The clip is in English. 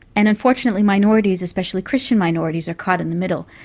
and unfortunately minorities, especially christian minorities, are caught in the middle.